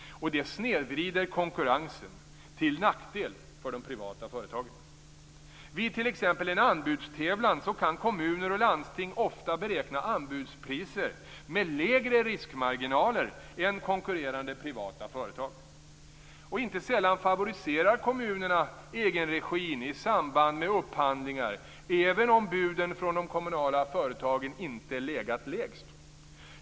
Det snedvrider konkurrensen till nackdel för de privata företagen. Vid t.ex. en anbudstävlan kan kommuner och landsting ofta beräkna anbudspriser med lägre riskmarginaler än konkurrerande privata företag. Inte sällan favoriserar dessutom kommunerna egenregin i samband med upphandlingar även om buden från de kommunala företagen inte legat lägst.